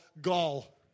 gall